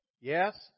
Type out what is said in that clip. Yes